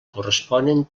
corresponen